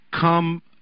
come